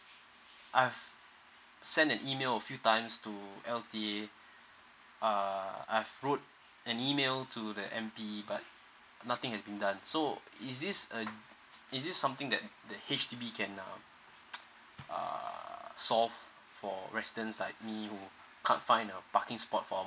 I've sent an email a few times to L_T_A uh I've wrote an email to the M_P_E but nothing has been done so is this a is this something that the H_D_B can uh err solve for resident like me who can't find a parking spot for our